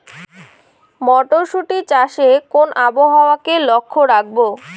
মটরশুটি চাষে কোন আবহাওয়াকে লক্ষ্য রাখবো?